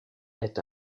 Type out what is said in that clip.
est